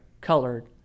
colored